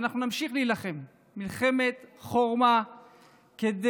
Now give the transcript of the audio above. ואנחנו נמשיך להילחם מלחמת חורמה כדי